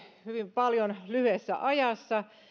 hyvin paljon lyhyessä ajassa